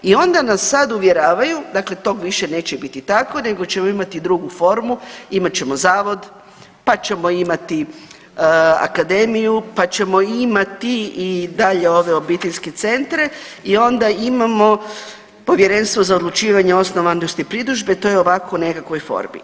I onda nas sad uvjeravaju, dakle tog više neće biti tako nego ćemo imati drugu formu, imat ćemo zavod, pa ćemo imati akademiju, pa ćemo imati i dalje ove obiteljske centre i onda imamo povjerenstvo za odlučivanje o osnovanosti pritužbe to je ovako u nekakvoj formi.